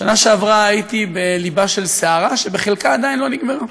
בשנה שעברה הייתי בלבה של סערה שבחלקה עדיין לא נגמרה.